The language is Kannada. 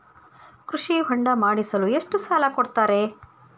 ಕೃಷಿ ಹೊಂಡ ಮಾಡಿಸಲು ಎಷ್ಟು ಸಾಲ ಕೊಡ್ತಾರೆ?